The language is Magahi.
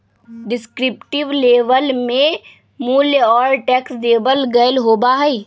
डिस्क्रिप्टिव लेबल में मूल्य और टैक्स देवल गयल होबा हई